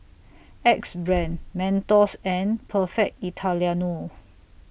Axe Brand Mentos and Perfect Italiano